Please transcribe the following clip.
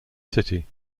city